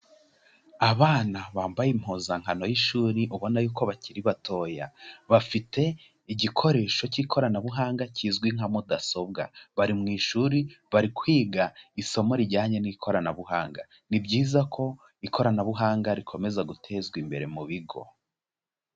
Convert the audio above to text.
Abana bambaye impuzankano y'ishuri ubona yuko bakiri batoya, bafite igikoresho cy'ikoranabuhanga kizwi nka mudasobwa, bari mu ishuri bari kwiga isomo rijyanye n'ikoranabuhanga, ni byiza ko ikoranabuhanga rikomeza gutezwa imbere mu bigo.